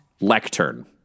Lectern